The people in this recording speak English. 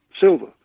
silver